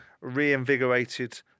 reinvigorated